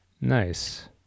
Nice